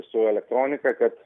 su elektronika kad